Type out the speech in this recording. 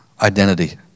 identity